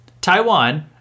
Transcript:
Taiwan